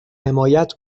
حمایت